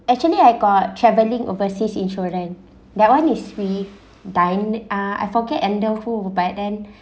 actually I got travelling overseas insurance that one is free dine ah I forget under who but then